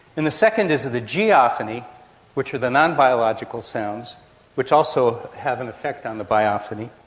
and the second is the geophony which are the non-biological sounds which also have an effect on the biophony.